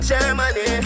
Germany